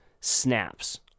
snaps